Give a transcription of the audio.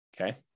okay